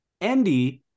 Andy